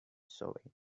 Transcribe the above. showing